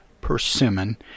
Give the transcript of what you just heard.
Persimmon